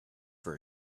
for